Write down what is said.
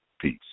Peace